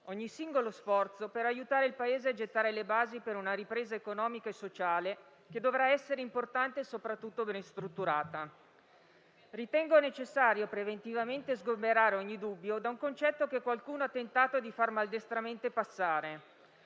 ogni singolo sforzo, per aiutare il Paese a gettare le basi per una ripresa economica e sociale che dovrà essere importante e soprattutto ben strutturata. Ritengo necessario preventivamente sgomberare ogni dubbio da un concetto che qualcuno ha tentato di far maldestramente passare: